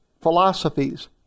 philosophies